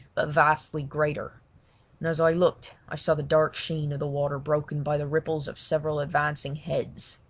but vastly greater and as i looked i saw the dark sheen of the water broken by the ripples of several advancing heads.